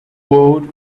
world